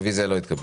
הרביזיה לא התקבלה.